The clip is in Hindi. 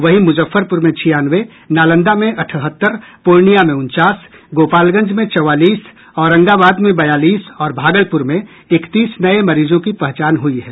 वहीं मुजफ्फरपुर में छियानवे नालंदा में अठहत्तर पूर्णिया में उनचास गोपालगंज में चौवालीस औरंगाबाद में बयालीस और भागलपुर में इकतीस नये मरीजों की पहचान हुई है